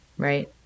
right